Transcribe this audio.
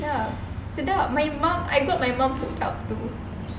ya sedap my mum I got my mum hook up too